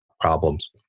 problems